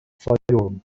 fayoum